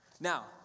Now